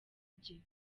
bye